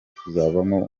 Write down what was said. kuzavamo